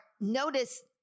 notice